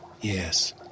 Yes